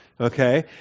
Okay